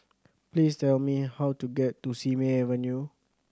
please tell me how to get to Simei Avenue